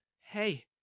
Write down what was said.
Hey